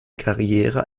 karriere